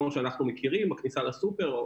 כמו שאנחנו מכירים בכניסה לסופר,